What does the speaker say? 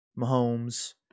Mahomes